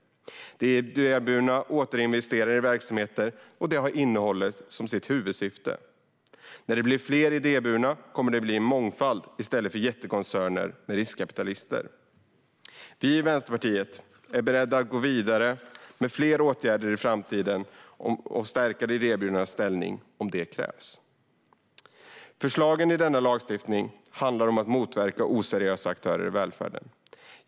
De idéburna återinvesterar i verksamheten, och de har innehållet som sitt huvudsyfte. När det blir fler idéburna aktörer kommer det att bli en mångfald, i stället för jättekoncerner med riskkapitalister. Vi i Vänsterpartiet är beredda att gå vidare med fler åtgärder i framtiden för att stärka de idéburna aktörernas ställning om det krävs. Förslagen i denna lagstiftning handlar om att motverka oseriösa aktörer i välfärden.